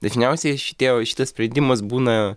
dažniausiai šitie šitas sprendimas būna